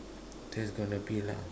just gonna be lah